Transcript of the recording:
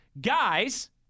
guys